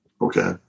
Okay